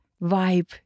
vibe